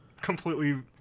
completely